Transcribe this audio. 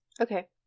Okay